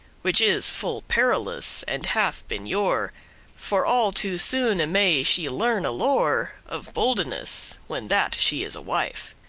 which is full perilous, and hath been yore for all too soone may she learne lore of boldeness, when that she is a wife.